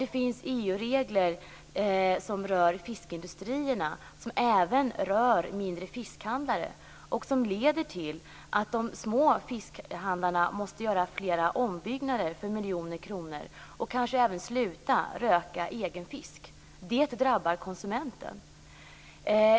Det finns EU-regler som rör fiskeindustrierna och även de mindre fiskhandlarna som leder till att de små fiskhandlarna måste göra flera ombyggnader för miljoner kronor och kanske även sluta röka egen fisk. Det drabbar konsumenten.